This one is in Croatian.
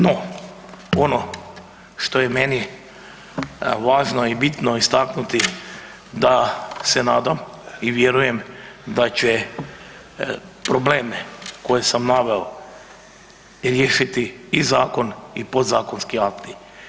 No ono što je meni važno i bitno istaknuti da se nadam i vjerujem da će probleme koje sam naveo riješiti i zakon i pod zakonski akti.